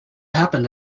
happened